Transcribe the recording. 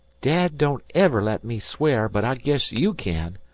dad don't ever let me swear, but i guess you can.